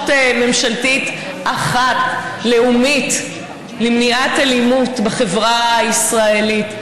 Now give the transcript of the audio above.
ממשלתית אחת לאומית למניעת אלימות בחברה הישראלית.